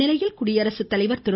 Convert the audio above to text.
இதனிடையே குடியரசுத்தலைவர் திரு